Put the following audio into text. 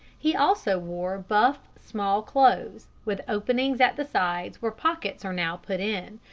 he also wore buff small-clothes, with openings at the sides where pockets are now put in,